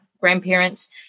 grandparents